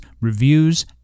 reviews